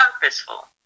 purposeful